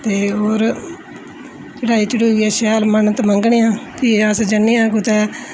ते होर चढ़ाई चुढ़ाइयै ऐ शैल मन्नत मंगने हा फ्ही अस जन्ने आं कुतै